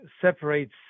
separates